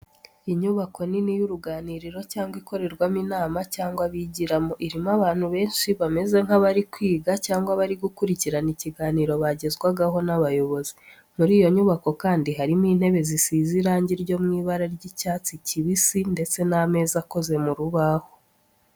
Inyubako nini y'uruganiriro cyangwa ikorerwamo inama cyangwa bigiramo, irimo abantu benshi bameze nk'abari kwiga cyangwa bari gukurikira ikiganiro bagezwagaho n'abayobozi. Muri iyo nyubako kandi, harimo intebe zisize irangi ryo mu ibara ry'icyatsi kibisi, ndetse n'ameza akoze mu rubaho.